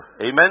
Amen